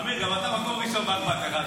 אמיר, גם אתה מקום ראשון, מה אכפת